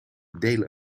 delen